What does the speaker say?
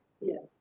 Yes